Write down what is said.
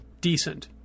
decent